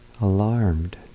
alarmed